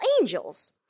angels